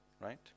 right